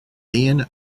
iain